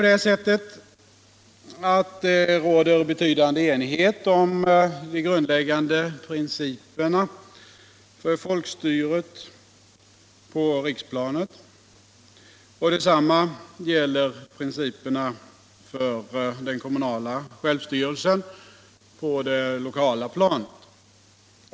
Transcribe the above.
Det råder ju betydande enighet om de grundläggande principerna för folkstyret på riksplanet. Detsamma gäller principerna för den kommunala självstyrelsen på det lokala planet.